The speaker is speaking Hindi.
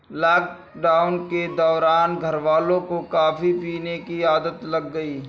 लॉकडाउन के दौरान घरवालों को कॉफी पीने की आदत लग गई